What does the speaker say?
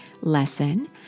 lesson